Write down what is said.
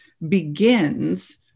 begins